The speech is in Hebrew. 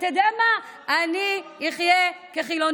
נכון,